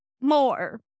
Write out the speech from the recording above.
more